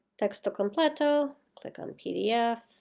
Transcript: texto completo. click on pdf